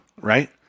right